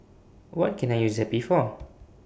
What Can I use Zappy For